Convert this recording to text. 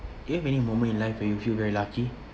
do you have any moment in life where you feel very lucky